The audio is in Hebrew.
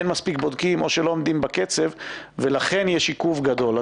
אנחנו מבינים שאין מספיק בודקים או לא עומדים בקצב ולכן יש עיכוב גדול.